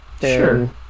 Sure